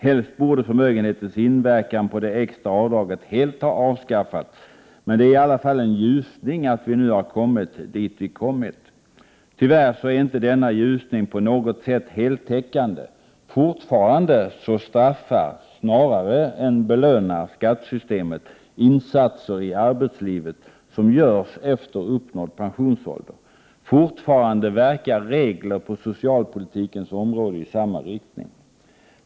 Helst borde förmögenhetens inverkan på det extra avdraget helt ha avskaffats, men det är i alla fall en ljusning att vi kommit dit vi kommit. Tyvärr är denna ljusning inte på något sätt heltäckande. Fortfarande straffar snarare än belönar skattesystemet insatser i arbetslivet som görs efter uppnådd pensionsålder. Fortfarande verkar regler på socialpolitikens område i samma riktning.